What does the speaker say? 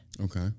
Okay